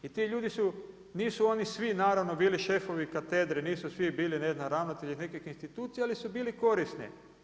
I ti ljudi su, nisu oni svi naravno bili šefovi katedre, nisu svi bili ne znam ravnatelji nekih institucija, ali su bili korisni.